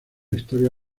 historia